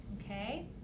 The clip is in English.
okay